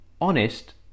honest